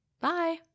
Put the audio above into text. Bye